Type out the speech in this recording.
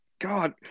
God